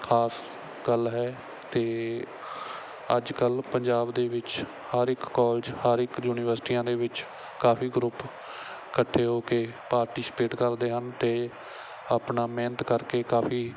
ਖ਼ਾਸ ਗੱਲ ਹੈ ਅਤੇ ਅੱਜ ਕੱਲ੍ਹ ਪੰਜਾਬ ਦੇ ਵਿੱਚ ਹਰ ਇੱਕ ਕਾਲਜ ਹਰ ਇੱਕ ਯੂਨੀਵਰਸਿਟੀਆਂ ਦੇ ਵਿੱਚ ਕਾਫ਼ੀ ਗਰੁੱਪ ਇਕੱਠੇ ਹੋ ਕੇ ਪਾਰਟੀਸਪੇਟ ਕਰਦੇ ਹਨ ਅਤੇ ਆਪਣਾ ਮਿਹਨਤ ਕਰਕੇ ਕਾਫ਼ੀ